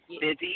busy